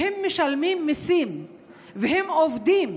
והם משלמים מיסים והם עובדים.